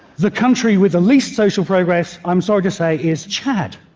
the country with the least social progress, i'm sorry to say, is chad.